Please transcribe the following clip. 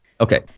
Okay